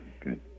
good